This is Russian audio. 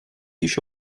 еще